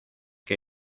que